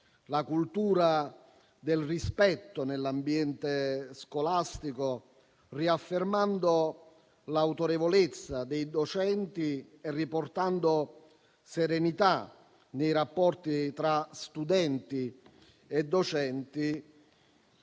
la cultura del rispetto nell'ambiente scolastico, riaffermando l'autorevolezza dei docenti e riportando serenità nei rapporti tra studenti e docenti,